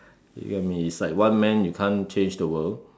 you get what I mean is like one man you can't change the world